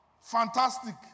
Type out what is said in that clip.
Fantastic